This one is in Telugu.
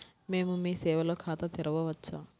మేము మీ సేవలో ఖాతా తెరవవచ్చా?